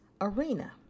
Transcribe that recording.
arena